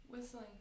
Whistling